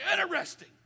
interesting